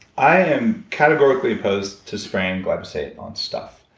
i am categorically opposed to spraying glyphosate on stuff.